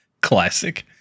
Classic